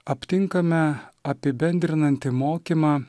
aptinkame apibendrinantį mokymą